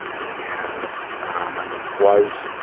and was